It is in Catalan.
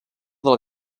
del